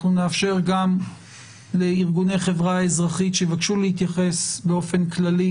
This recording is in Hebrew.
אנחנו נאפשר גם לארגוני חברה אזרחית שיבקשו להתייחס באופן כללי